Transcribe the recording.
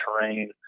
terrain